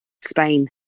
Spain